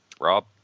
Rob